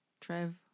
Trev